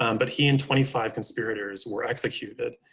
um but he in twenty five conspirators were executed.